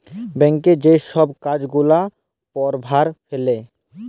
ব্যাংকের যে ছব কাজ গুলা পরভাব ফেলে